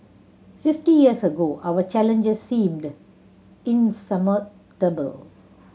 fifty years ago our challenges seemed insurmountable